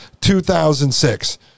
2006